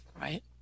right